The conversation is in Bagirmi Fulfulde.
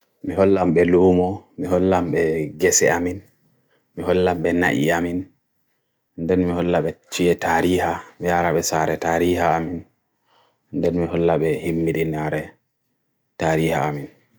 mehullam be lumo, mehullam be gese amin, mehullam be nai amin, and then mehullam be chiye tariha, be arabe sare tariha amin, and then mehullam be himmi rinare tariha amin.